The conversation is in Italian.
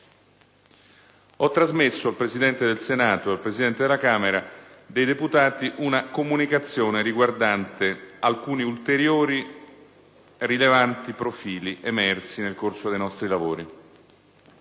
Ho trasmesso al Presidente del Senato e al Presidente della Camera dei deputati una comunicazione riguardante alcuni ulteriori rilevanti profili emersi nel corso dei nostri lavori